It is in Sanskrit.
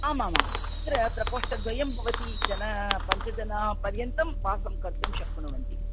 आम् आम् आम् अत्र प्रकोष्ठद्वयं भवति जनाः पञ्चजनाः पर्यन्तं वासं कर्तुं शक्नुवन्ति